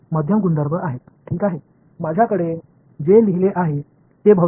பொருள் பண்புகளின் மிகவும் எளிமையான பதிப்பாக நான் எழுதியது என்னிடம் உள்ளது